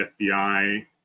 fbi